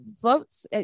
floats